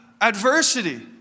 adversity